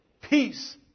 peace